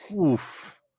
Oof